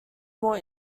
more